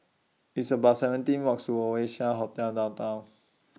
It's about seventeen Walks to Oasia Hotel Downtown